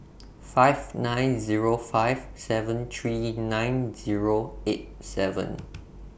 five nine Zero five seven three nine Zero eight seven